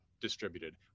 distributed